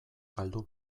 galdu